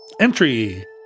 Entry